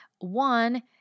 One